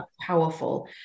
powerful